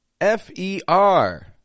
F-E-R